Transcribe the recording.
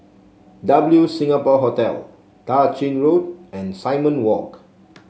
W Singapore Hotel Tah Ching Road and Simon Walk